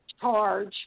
charge